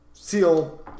Seal